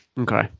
okay